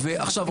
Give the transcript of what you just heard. ועכשיו,